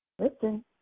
Listen